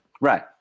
right